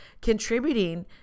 contributing